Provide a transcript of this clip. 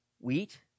wheat